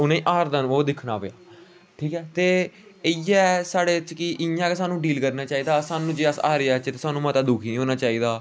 उ'नेंगी हार दा ओह् दिक्खना पेआ ठीक ऐ ते इ'यै साढ़े च कि इ'यां गै सानूं डील करना चाहिदा सानूं जे अस हारी जाचै ते सानूं मता दुखी नेईं होना चाहिदा